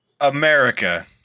America